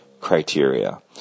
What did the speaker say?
criteria